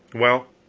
well,